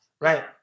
Right